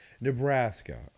Nebraska